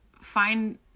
find